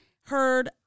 heard